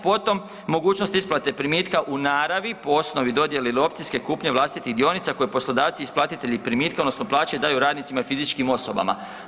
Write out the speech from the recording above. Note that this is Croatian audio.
Potom, mogućnost isplate primitka u naravi, po osnovi dodjele ili opcijske kupnje vlastitih dionica koje poslodavci, isplatitelji primitka odnosno plaće daju radnicima i fizičkim osobama.